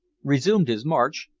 resumed his march,